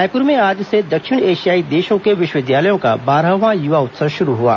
रायपुर में आज से दक्षिण एशियाई देशों के विश्वविद्यालयों का बारहवां युवा उत्सव शुरू हुआ